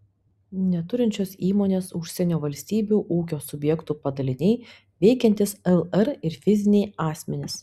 neturinčios įmonės užsienio valstybių ūkio subjektų padaliniai veikiantys lr ir fiziniai asmenys